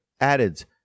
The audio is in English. added